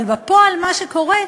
אבל בפועל מה שקורה: